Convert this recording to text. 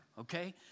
Okay